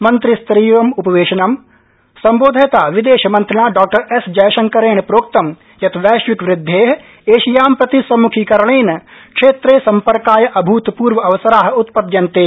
मन्त्रिस्तरीयम्पवेशनं सम्बोधयता विदेशमन्त्रिणा Dr S जयशंकरेण प्रोक्तं यत् वैश्विक वृद्धे एशियां प्रति सम्म्खीकरणेन क्षेत्रे सम्पर्काय अभूतपूर्व अवसराः उत्पद्यन्ते